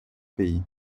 pays